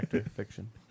fiction